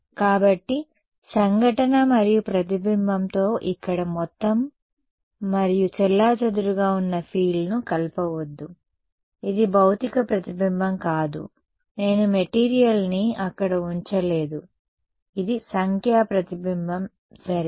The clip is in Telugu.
కాబట్టి సంఘటన మరియు ప్రతిబింబంతో ఇక్కడ మొత్తం మరియు చెల్లాచెదురుగా ఉన్న ఫీల్డ్ను కలపవద్దు ఇది భౌతిక ప్రతిబింబం కాదు నేను మెటీరియల్ని అక్కడ ఉంచలేదు ఇది సంఖ్యా ప్రతిబింబం సరే